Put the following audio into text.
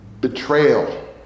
betrayal